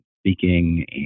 speaking